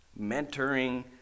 mentoring